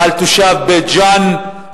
ועל תושב בית-ג'ן,